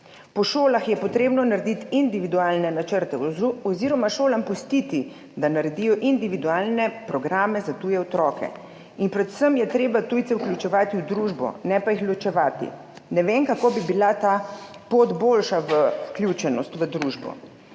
Po šolah je potrebno narediti individualne načrte oziroma šolam pustiti, da naredijo individualne programe za tuje otroke. In predvsem je treba tujce vključevati v družbo, ne pa jih ločevati. Ne vem, kako bi bila ta pot boljša v vključenost v družb.